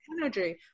energy